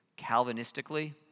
Calvinistically